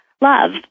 love